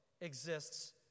exists